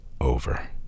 over